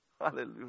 Hallelujah